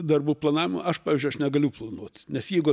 darbų planavimu aš pavyzdžiui aš negaliu planuot nes jeigu